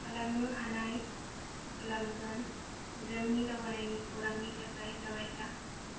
खालामनो हानाय खालामगोन जोंनि दावगानायनि खौरांनि थाखाय थाबाय था